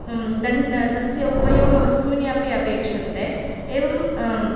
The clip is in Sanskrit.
दं तस्य उपयोगवस्तूनि अपि अपेक्षन्ते एवम्